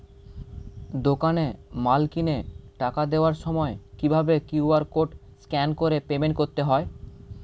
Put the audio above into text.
দোকানে মাল কিনে টাকা দেওয়ার সময় কিভাবে কিউ.আর কোড স্ক্যান করে পেমেন্ট করতে হয়?